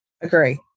Agree